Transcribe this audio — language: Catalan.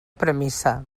premissa